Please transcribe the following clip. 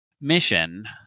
mission